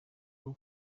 bwo